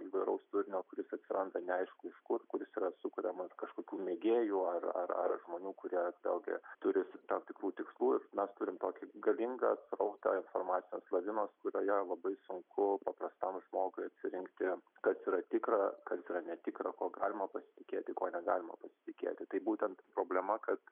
įvairaus turinio kuris atsiranda neaišku iš kur kuris yra sukuriamas kažkokių mėgėjų ar ar ar žmonių kurie vėlgi turi tam tikrų tikslų ir mes turim tokį galingą srautą informacijos lavinos kurią ją labai sunku paprastam žmogui atsirinkti kas yra tikra kad yra netikra ko galima pasitikėti ko negalima pasitikėti tai būtent problema kad